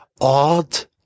odd